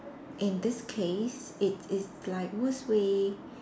in this case it is like worst way